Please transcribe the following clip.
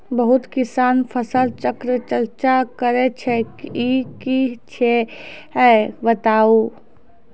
बहुत किसान फसल चक्रक चर्चा करै छै ई की छियै बताऊ?